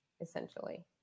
essentially